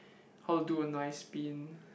how to do a nice spin